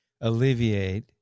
alleviate